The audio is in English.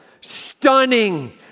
stunning